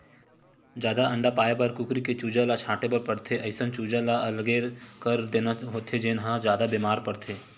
जादा अंडा पाए बर कुकरी के चूजा ल छांटे बर परथे, अइसन चूजा ल अलगे कर देना होथे जेन ह जादा बेमार परथे